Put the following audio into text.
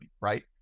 right